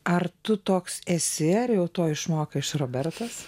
ar tu toks esi ar jau to išmokai iš robertos